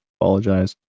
apologize